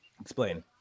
Explain